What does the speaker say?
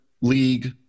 league